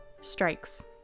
strikes